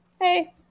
hey